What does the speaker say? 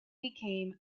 became